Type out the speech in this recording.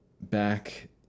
back